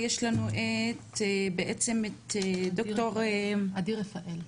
יש לנו 10 דקות לסיים,